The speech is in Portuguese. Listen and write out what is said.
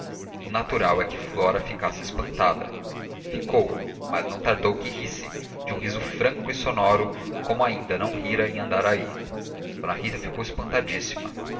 o natural é que flora ficasse espantada ficou mas não tardou que risse de um riso franco e sonoro como ainda não rira em andaraí d rita ficou espantadíssima